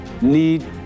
need